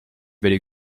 video